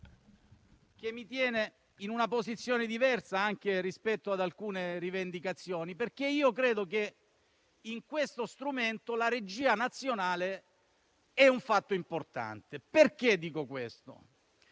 forse mi tiene in una posizione diversa rispetto ad alcune rivendicazioni, perché credo che in questo strumento la regia nazionale sia un fatto importante. Dico questo